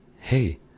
hey